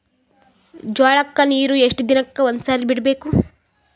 ಜೋಳ ಕ್ಕನೀರು ಎಷ್ಟ್ ದಿನಕ್ಕ ಒಂದ್ಸರಿ ಬಿಡಬೇಕು?